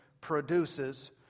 produces